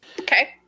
Okay